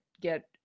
get